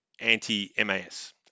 anti-MAS